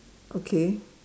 okay